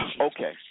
Okay